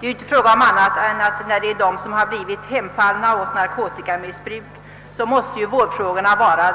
I fråga om dem som hemfallit åt narkotikamissbruk måste vårdproblemet vara